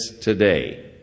today